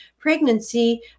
pregnancy